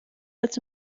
als